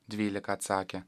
dvylika atsakė